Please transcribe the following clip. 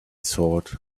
thought